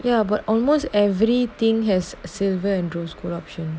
ya but almost every thing has silver and rose gold option